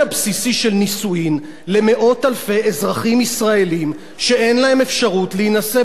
נישואים למאות אלפי אזרחים ישראלים שאין להם אפשרות להינשא בארצם.